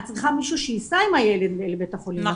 את צריכה מישהו שייסע עם הילד לבית החולים,